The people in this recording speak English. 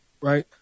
right